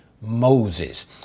Moses